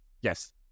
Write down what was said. Yes